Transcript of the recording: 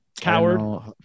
Coward